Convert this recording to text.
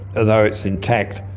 although it's intact,